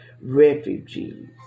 refugees